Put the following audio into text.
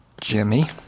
Jimmy